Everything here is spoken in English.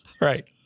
Right